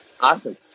Awesome